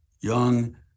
young